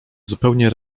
zupełnie